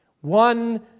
One